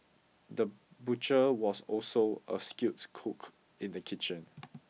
the butcher was also a skilled cook in the kitchen